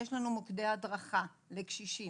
יש לנו מוקדי הדרכה לקשישים,